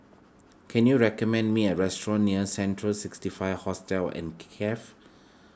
can you recommend me a restaurant near Central sixty five Hostel and Cafe